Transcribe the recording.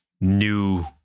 new